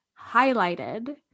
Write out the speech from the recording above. highlighted